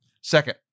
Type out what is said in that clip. second